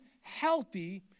healthy